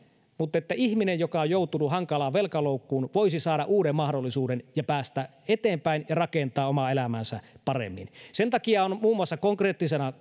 mutta että ihminen joka on joutunut hankalaan velkaloukkuun voisi saada uuden mahdollisuuden päästä eteenpäin ja rakentaa omaa elämäänsä paremmin sen takia on muun muassa konkreettisena